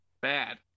bad